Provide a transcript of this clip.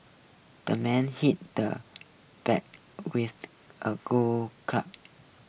the man hit the bag with a golf club